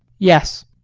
yes.